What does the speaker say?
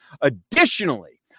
Additionally